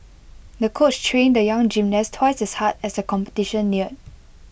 the coach trained the young gymnast twice as hard as the competition neared